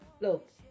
Look